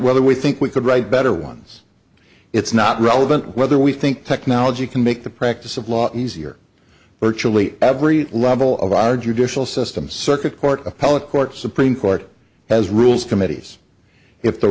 whether we think we could write better ones it's not relevant whether we think technology can make the practice of lot easier virtually every level of our judicial system circuit court appellate court supreme court has rules committees if the